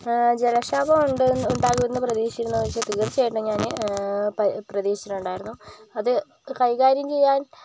ജലക്ഷാമം ഉണ്ടെന്ന് വരുമെന്ന് പ്രതീക്ഷിക്കുന്നവർക്ക് തീർച്ചയായും ഞാന് പ്രതിക്ഷിച്ചിട്ടുണ്ടായിരുന്നു അത് കൈകാര്യം ചെയ്യാൻ